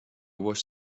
was